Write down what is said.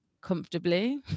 comfortably